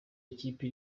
ikipe